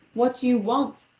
what do you want,